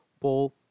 Paul